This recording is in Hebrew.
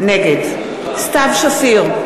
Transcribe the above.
נגד סתיו שפיר,